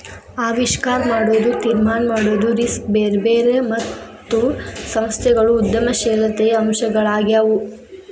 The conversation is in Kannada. ಆವಿಷ್ಕಾರ ಮಾಡೊದು, ತೀರ್ಮಾನ ಮಾಡೊದು, ರಿಸ್ಕ್ ಬೇರರ್ ಮತ್ತು ಸಂಸ್ಥೆಗಳು ಉದ್ಯಮಶೇಲತೆಯ ಅಂಶಗಳಾಗ್ಯಾವು